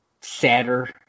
sadder